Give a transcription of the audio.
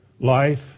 life